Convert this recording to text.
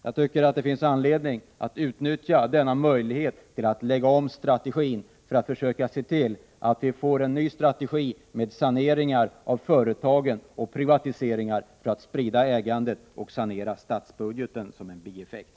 Jag tycker att det finns anledning att utnyttja denna möjlighet till att lägga om strategin till en ny strategi med saneringar av företagen och privatiseringar för att sprida ägandet och sanera statens budget såsom en bieffekt.